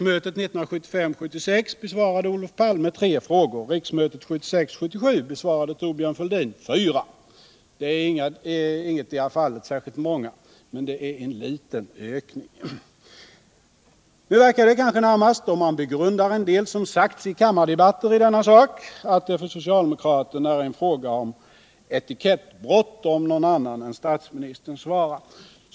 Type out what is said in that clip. Under riksmötet 1975 77 besvarade fyra frågor. I ingetdera fallet var det särskilt många, men ändå en liten ökning. Om man begrundar en del av det som sagts i kammardebatter i denna sak, verkar det kanske närmast som om det för socialdemokraterna är en fråga om etikettsbrott när någon annan än statsministern svarar.